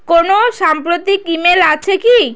কোনো সাম্প্রতিক ইমেল আছে কি